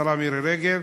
השרה מירי רגב.